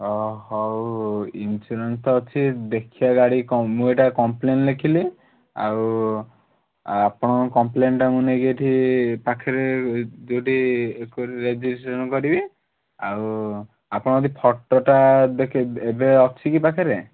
ହ ହଉ ଇନ୍ସ୍ୟୁରାନ୍ସ୍ଟା ଅଛି ଦେଖିବା ଗାଡ଼ି କ'ଣ ମୁଁ ଏଇଟା କମ୍ପ୍ଲେନ୍ ଲେଖିଲି ଆଉ ଆପଣଙ୍କ କମ୍ପ୍ଲେନ୍ଟା ମୁଁ ନେଇକି ଏଠି ପାଖରେ ଯେଉଁଠି ଏକୁ ରେଜିଷ୍ଟ୍ରେସନ୍ କରିବି ଆଉ ଆପଣ ଯଦି ଫୋଟଟା ଦେଖେଇ ଏବେ ଅଛି କି ପାଖରେ